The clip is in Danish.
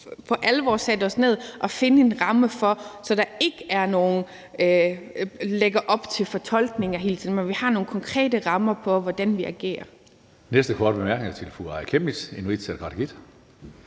for alvor sætte os ned og finde en ramme for det, så der ikke bliver lagt op til fortolkning af hele tiden, men så vi har nogle konkrete rammer for, hvordan vi agerer.